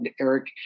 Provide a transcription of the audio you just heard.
Eric